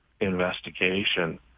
investigation